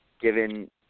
given